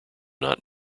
not